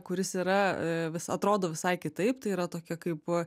kuris yra vis atrodo visai kitaip tai yra tokia kaip